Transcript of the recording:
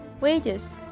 wages